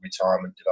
retirement